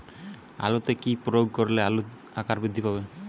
আলুতে কি প্রয়োগ করলে আলুর আকার বৃদ্ধি পাবে?